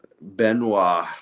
Benoit